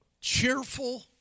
cheerful